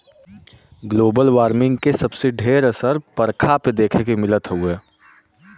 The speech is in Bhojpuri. ग्लोबल बर्मिंग के सबसे ढेर असर बरखा पे देखे के मिलत हउवे